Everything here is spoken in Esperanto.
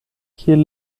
kiel